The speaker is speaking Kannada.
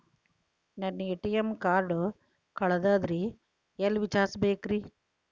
ನನ್ನ ಎ.ಟಿ.ಎಂ ಕಾರ್ಡು ಕಳದದ್ರಿ ಎಲ್ಲಿ ವಿಚಾರಿಸ್ಬೇಕ್ರಿ?